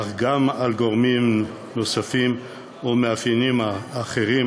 אך גם על גורמים נוספים או מאפיינים אחרים